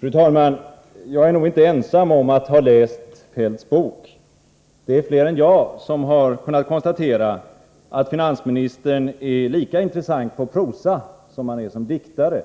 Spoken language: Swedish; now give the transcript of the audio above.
Fru talman! Jag är nog inte ensam om att ha läst Kjell-Olof Feldts bok. Det är fler än jag som har kunnat konstatera att finansministern är lika intressant på prosa som han är som diktare.